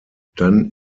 dann